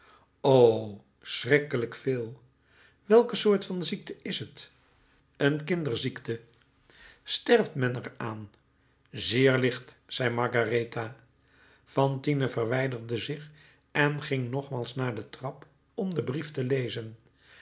o schrikkelijk veel welke soort van ziekte is t een kinderziekte sterft men er aan zeer licht zei margaretha fantine verwijderde zich en ging nogmaals naar de trap om den brief te lezen